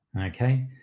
okay